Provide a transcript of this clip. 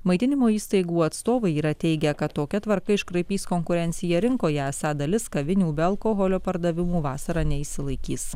maitinimo įstaigų atstovai yra teigę kad tokia tvarka iškraipys konkurenciją rinkoje esą dalis kavinių be alkoholio pardavimų vasarą neišsilaikys